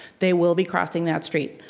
they will be crossing that street.